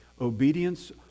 Obedience